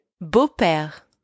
beau-père